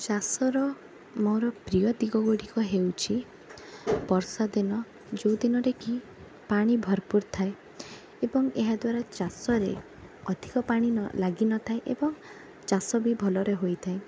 ଚାଷର ମୋର ପ୍ରିୟ ଦିଗ ଗୁଡ଼ିକ ହେଉଛି ବର୍ଷାଦିନ ଯେଉଁ ଦିନଟିକି ପାଣି ଭରପୁର ଥାଏ ଏବଂ ଏହାଦ୍ଵାରା ଚାଷରେ ଅଧିକ ପାଣି ନ ଲାଗିନଥାଏ ଏବଂ ଚାଷ ବି ଭଲରେ ହୋଇଥାଏ